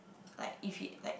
like if he like